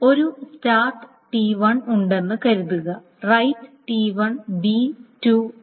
ഒരു start T1 ഉണ്ടെന്ന് കരുതുക റൈററ് T1 B 2 3